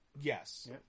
Yes